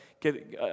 get